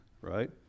right